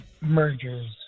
mergers